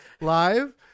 live